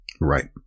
Right